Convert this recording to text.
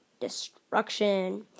destruction